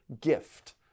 gift